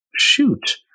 Shoot